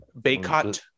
Baycott